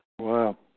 Wow